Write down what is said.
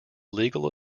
legal